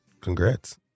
congrats